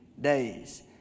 days